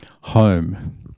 home